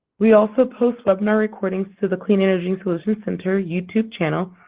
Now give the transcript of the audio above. we also post webinar recordings to the clean energy solutions center youtube channel,